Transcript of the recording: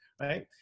Right